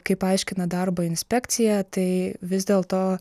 kaip aiškina darbo inspekcija tai vis dėlto